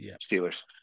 Steelers